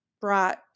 brought